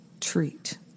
treat